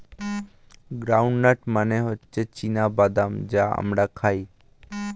ground nut মানে হচ্ছে চীনা বাদাম যা আমরা খাই